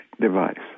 device